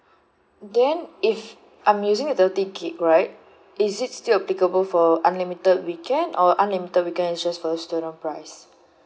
then if I'm using the thirty gig right is it still applicable for unlimited weekend or unlimited weekend is just for the student price